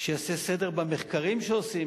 שיעשה סדר במחקרים שעושים.